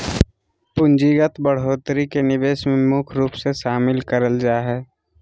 पूंजीगत बढ़ोत्तरी के निवेश मे मुख्य रूप से शामिल करल जा हय